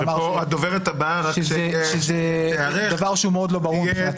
שאמר שזה דבר שהוא מאוד לא ברור מבחינתם.